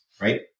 right